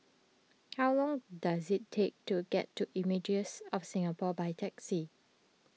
how long does it take to get to Images of Singapore by taxi